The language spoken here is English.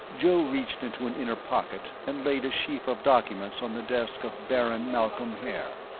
joe reached into an inner pocket and laid a sheaf of documents on the desk of baron malcolm haer.